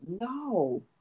no